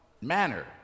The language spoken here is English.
manner